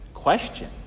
question